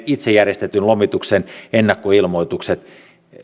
itse järjestetyn lomituksen ennakkoilmoitukset